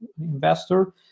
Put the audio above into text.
investor